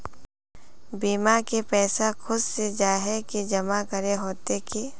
बीमा के पैसा खुद से जाहा के जमा करे होते की?